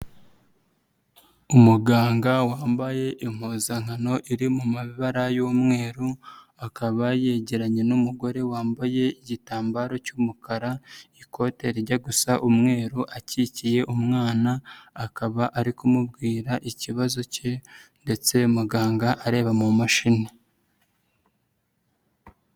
Umuganga wambaye impuzankano iri mu mabara y'umweru akaba yegeranye n'umugore wambaye igitambaro cy'umukara, ikote rijya gusa umweru, akikiye umwana akaba ari kumubwira ikibazo ke ndetse muganga areba mu mashini.